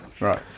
Right